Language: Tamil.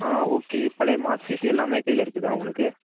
ஆ ஓகே பழைய மார்க் சீட் எல்லாமே கையில இருக்குதா உங்களுக்கு